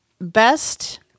best